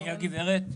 מי הגברת?